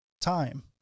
time